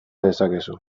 dezakezu